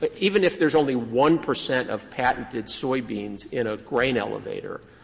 but even if there is only one percent of patented soybeans in a grain elevator,